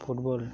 football